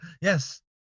Yes